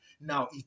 Now